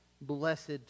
blessed